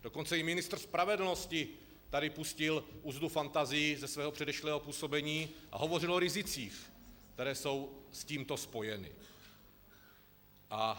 Dokonce i ministr spravedlnosti tady pustil uzdu fantazii ze svého předešlého působení a hovořil o rizicích, která jsou s tímto spojena.